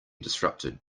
disrupted